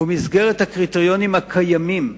במסגרת הקריטריונים הקיימים,